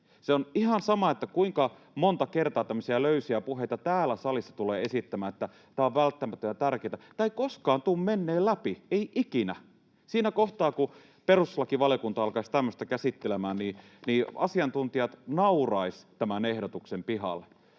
Se on ihan sama, kuinka monta kertaa täällä salissa tulee esittämään tämmöisiä löysiä puheita, että tämä on välttämätöntä ja tärkeää — tämä ei koskaan tule menemään läpi, ei ikinä. Siinä kohtaa, kun perustuslakivaliokunta alkaisi tämmöistä käsittelemään, asiantuntijat nauraisivat tämän ehdotuksen pihalle.